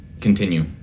Continue